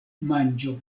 manĝo